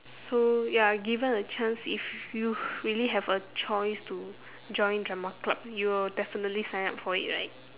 so ya given a chance if you really have a choice to join drama club you will definitely sign up for it right